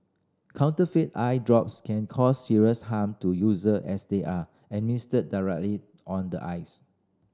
counterfeit eye drops can cause serious harm to user as they are administered directly on the eyes